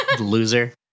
Loser